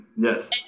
Yes